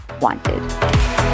wanted